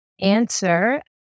answer